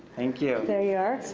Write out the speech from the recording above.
thank you. there you are.